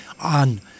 on